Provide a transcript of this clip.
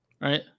right